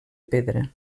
pedra